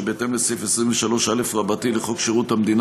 שבהתאם לסעיף 23א לחוק שירות המדינה